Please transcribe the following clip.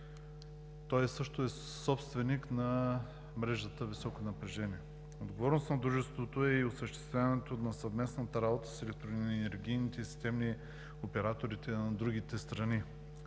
Той също е собственик на мрежата с високо напрежение. Отговорност на дружеството е и осъществяването на съвместната работа с електроенергийните системни оператори на другите страни,